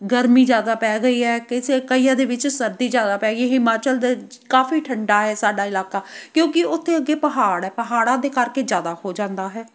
ਗਰਮੀ ਜ਼ਿਆਦਾ ਪੈ ਗਈ ਹੈ ਕਿਸੇ ਕਈਆਂ ਦੇ ਵਿੱਚ ਸਰਦੀ ਜ਼ਿਆਦਾ ਪੈ ਗਈ ਹਿਮਾਚਲ ਦੇ ਕਾਫ਼ੀ ਠੰਡਾ ਆ ਸਾਡਾ ਇਲਾਕਾ ਕਿਉਂਕਿ ਉੱਥੇ ਅੱਗੇ ਪਹਾੜ ਆ ਪਹਾੜਾਂ ਦੇ ਕਰਕੇ ਜ਼ਿਆਦਾ ਹੋ ਜਾਂਦਾ ਹੈ